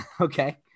Okay